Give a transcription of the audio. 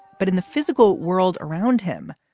but in the physical world around him,